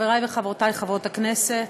חברי וחברותי חברות הכנסת,